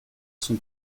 son